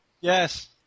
Yes